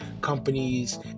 companies